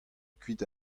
kuit